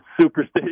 superstitious